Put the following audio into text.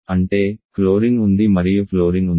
అంటే క్లోరిన్ ఉంది మరియు ఫ్లోరిన్ ఉంది